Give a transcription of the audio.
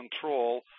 control